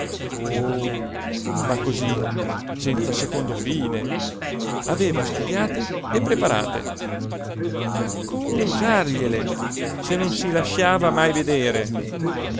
oh ma cosí senza secondo fine aveva studiate e preparate ma come usargliele se non si lasciava mai vedere